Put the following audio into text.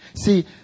See